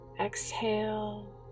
Exhale